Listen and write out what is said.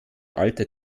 alter